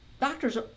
doctors